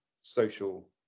social